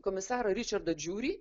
komisarą ričardą džiurį